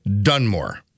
Dunmore